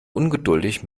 ungeduldig